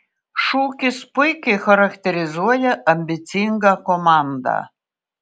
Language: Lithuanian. šūkis puikiai charakterizuoja ambicingą komandą